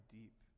deep